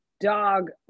dog